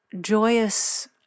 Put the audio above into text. joyous